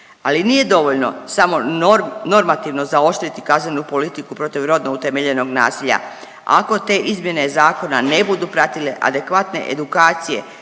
Ali nije dovoljno samo normativno zaoštriti kaznenu politiku protiv rodno utemeljenog nasilja. Ako te izmjene zakona ne budu pratile adekvatne edukacije